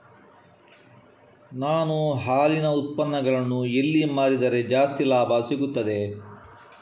ನಾನು ಹಾಲಿನ ಉತ್ಪನ್ನಗಳನ್ನು ಎಲ್ಲಿ ಮಾರಿದರೆ ಜಾಸ್ತಿ ಲಾಭ ಸಿಗುತ್ತದೆ?